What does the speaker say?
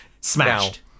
smashed